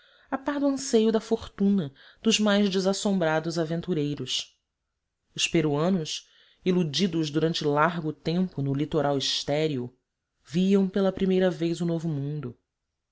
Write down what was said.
a par do anseio de fortuna dos mais desassombrados aventureiros os peruanos iludidos durante largo tempo no litoral estéril viam pela primeira vez o novo mundo